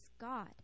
God